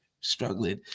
struggling